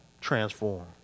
transform